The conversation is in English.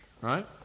right